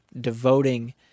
devoting